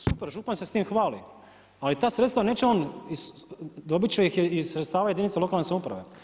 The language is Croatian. Super, župan se s tim hvali, ali ta sredstva neće on, dobiti će ih iz sredstva jedinica lokalne samouprave.